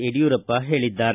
ಯಡಿಯೂರಪ್ಪ ಹೇಳಿದ್ದಾರೆ